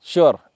Sure